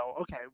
okay